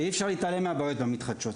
ואי אפשר להתעלם מהבעיות במתחדשות.